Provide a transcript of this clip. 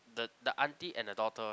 the the aunty and the daughter